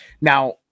Now